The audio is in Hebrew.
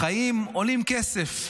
החיים עולים כסף.